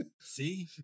See